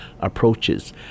approaches